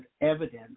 evidence